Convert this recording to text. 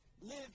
live